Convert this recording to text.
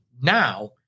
now